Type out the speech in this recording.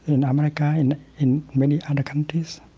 in america, and in many other countries,